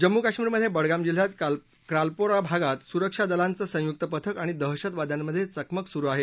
जम्मू काश्मीरमध्ये बडगाम जिल्ह्यात क्रालपोरा भागात सुरक्षा दलांचं संयुक्त पथक आणि दहशतवाद्यांमध्ये चकमक सुरू आहे